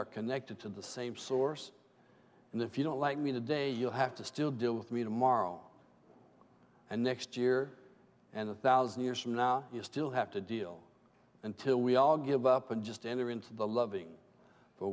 are connected to the same source and if you don't like me today you'll have to still deal with me tomorrow and next year and a thousand years from now you still have to deal until we all give up and just enter into the loving but